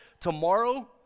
Tomorrow